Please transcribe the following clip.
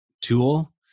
tool